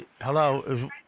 Hello